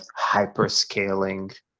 hyperscaling